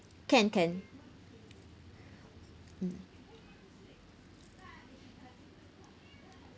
can can